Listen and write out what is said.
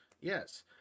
yes